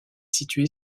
située